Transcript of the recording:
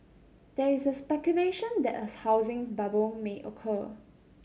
there is speculation that a housing bubble may occur